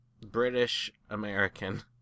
British-American